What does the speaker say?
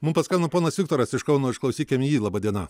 mum paskambino ponas viktoras iš kauno išklausykim jį laba diena